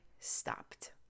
stopped